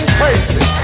crazy